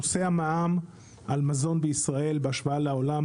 נושא המע"מ על מזון בישראל בהשוואה לעולם,